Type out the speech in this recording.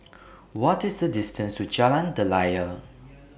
What IS The distance to Jalan Daliah